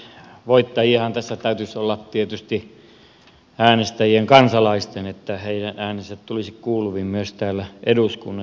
voittajiahan tässä täytyisi olla tietysti äänestäjien kansalaisten että heidän äänensä tulisivat kuuluviin myös täällä eduskunnassa